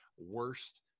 worst